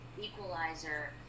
equalizer